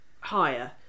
higher